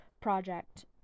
project